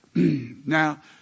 Now